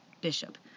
bishop